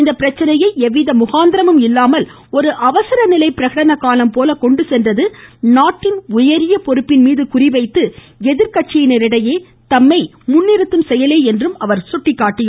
இந்த பிரச்சனையை எவ்வித முகாந்திரமும் இல்லாமல் ஒரு அவசர நிலை பிரகடன காலம் போல கொண்டு சென்றது நாட்டின் உயரிய பொறுப்பின் மீது குறி வைத்து எதிர்கட்சியினிடையே தம்மை முன்னிறுத்தும் செயலே என்றும் குறிப்பிட்டுள்ளார்